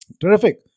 Terrific